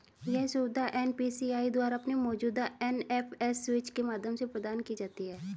यह सुविधा एन.पी.सी.आई द्वारा अपने मौजूदा एन.एफ.एस स्विच के माध्यम से प्रदान की जाती है